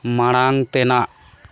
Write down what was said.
ᱢᱟᱲᱟᱝ ᱛᱮᱱᱟᱜ